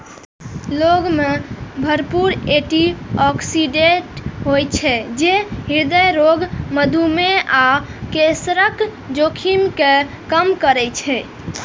लौंग मे भरपूर एटी ऑक्सिडेंट होइ छै, जे हृदय रोग, मधुमेह आ कैंसरक जोखिम कें कम करै छै